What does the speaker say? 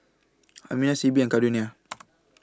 Amina Sibbie and Caldonia